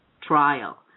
trial